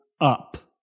up